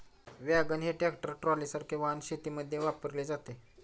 wagon हे tractor ट्रॉलीसारखे वाहन शेतीमध्ये वापरले जाते